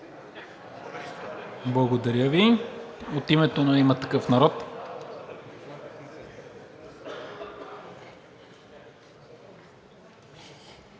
Благодаря Ви. От името на „Има такъв народ“?